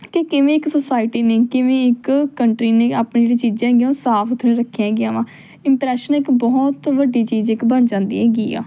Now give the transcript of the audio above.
ਕਿ ਕਿਵੇਂ ਇੱਕ ਸੁਸਾਇਟੀ ਨੇ ਕਿਵੇਂ ਇੱਕ ਕੰਟਰੀ ਨੇ ਆਪਣੀ ਜਿਹੜੀ ਚੀਜ਼ਾਂ ਹੈਗੀਆਂ ਉਹ ਸਾਫ਼ ਸੁਥਰੀਆਂ ਰੱਖੀਆਂ ਹੈਗੀਆਂ ਵਾ ਇੰਪਰੈਸ਼ਨ ਇੱਕ ਬਹੁਤ ਵੱਡੀ ਚੀਜ਼ ਇੱਕ ਬਣ ਜਾਂਦੀ ਹੈਗੀ ਆ